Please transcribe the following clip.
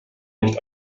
nicht